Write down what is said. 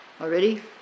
already